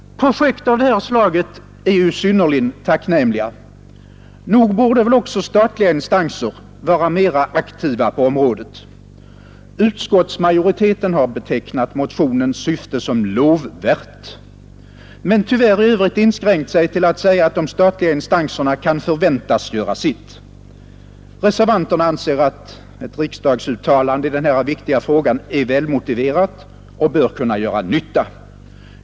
Projekt av det här slaget är ju synnerligen tacknämliga. Nog borde också statliga instanser vara mera aktiva på området. Utskottsmajoriteten har betecknat motionens syfte som ”lovvärt” men tyvärr i övrigt inskränkt sig till att säga att de statliga instanserna kan förväntas göra sitt. Reservanterna anser att ett riksdagsuttalande i den här viktiga frågan är välmotiverat och bör kunna ha nytta med sig.